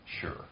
Sure